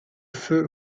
feu